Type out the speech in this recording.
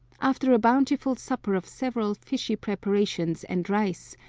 after a bountiful supper of several fishy preparations and rice,